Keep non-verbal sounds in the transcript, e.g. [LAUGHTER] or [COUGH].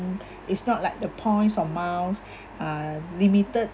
it's not like the points or miles [BREATH] uh limited